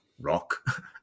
rock